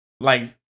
Like-